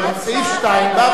איפה הייתם עד